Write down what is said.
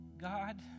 God